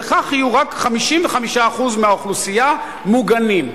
וכך יהיו רק 55% מהאוכלוסייה מוגנים.